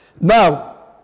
Now